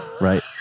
Right